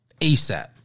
ASAP